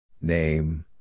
Name